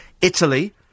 Italy